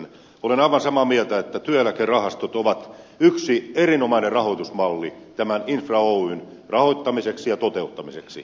olen aivan samaa mieltä että työeläkerahastot ovat yksi erinomainen rahoitusmalli tämän infra oyn rahoittamiseksi ja toteuttamiseksi